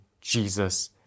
Jesus